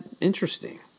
interesting